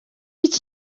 iki